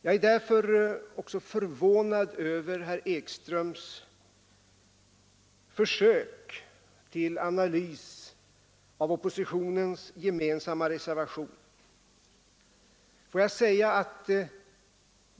Jag är därför förvånad över herr Ekströms försök till analys av oppositionens gemensamma reservation.